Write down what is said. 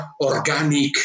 organic